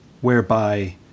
whereby